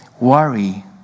worry